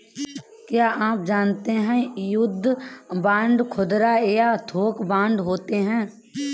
क्या आप जानते है युद्ध बांड खुदरा या थोक बांड होते है?